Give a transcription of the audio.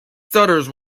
stutters